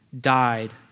died